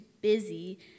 busy